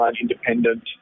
independent